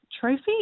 trophy